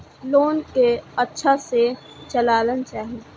Loan के अच्छा से चलाना चाहि?